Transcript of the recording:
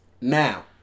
Now